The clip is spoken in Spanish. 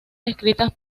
escritas